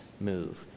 move